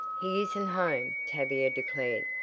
he isn't home, tavia declared.